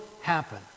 happen